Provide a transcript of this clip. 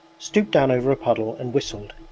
stooped down over a puddle, and whistled.